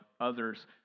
others